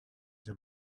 the